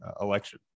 election